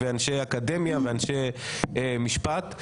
אנשי אקדמיה ואנשי משפט.